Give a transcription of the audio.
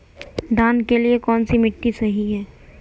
धान के लिए कौन सी मिट्टी सही है?